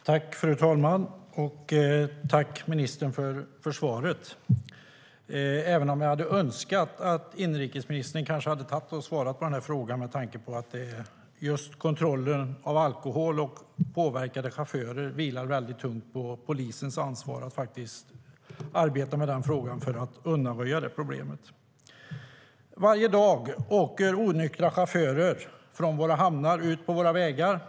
Varje dag åker onyktra chaufförer från våra hamnar ut på våra vägar.